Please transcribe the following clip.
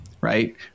right